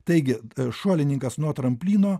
taigi šuolininkas nuo tramplino